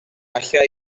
alla